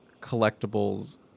collectibles